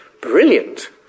Brilliant